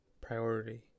priority